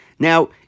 Now